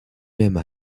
même